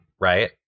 right